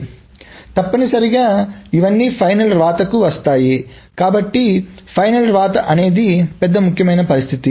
కాబట్టి తప్పనిసరిగా ఇవన్నీ ఫైనల్ వ్రాతకు వస్తాయి కాబట్టి ఫైనల్ వ్రాత అనేది పెద్ద ముఖ్యమైన పరిస్థితి